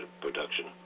production